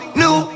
new